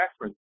reference